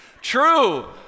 True